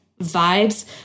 vibes